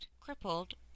crippled